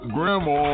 Grandma